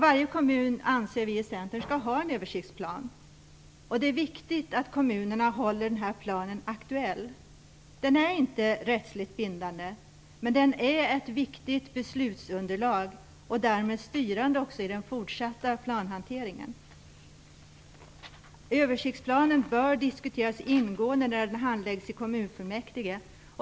Varje kommun skall ha en översiktsplan, anser vi i Centern. Det är viktigt att kommunerna håller den aktuell. Den är inte rättsligt bindande, men den är ett viktigt beslutsunderlag och därmed styrande också i den fortsatta planhanteringen. Översiktsplanen bör diskuteras ingående när den handläggs i kommunfullmäktige.